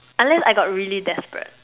unless I got really desperate